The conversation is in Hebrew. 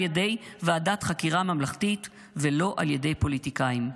ידי ועדת חקירה ממלכתית ולא על ידי פוליטיקאים.